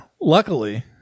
luckily